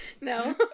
No